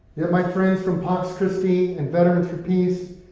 yet my friends from pax christi and veterans for peace,